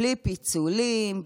בלי פיצולים,